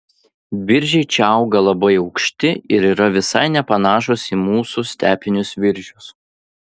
viržiai čia užauga labai aukšti ir yra visai nepanašūs į mūsų stepinius viržius